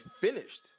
finished